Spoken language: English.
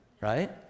right